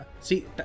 See